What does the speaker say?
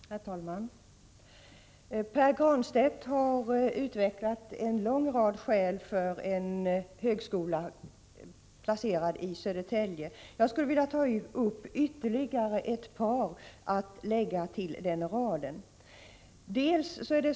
Herr talman! Pär Granstedt har utvecklat en lång rad skäl för en högskoleplacering i Södertälje. Jag skulle vilja ta upp ytterligare ett par att lägga till den raden.